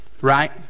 Right